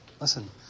listen